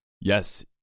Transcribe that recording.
Yes